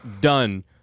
Done